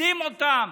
מכבדים אותם,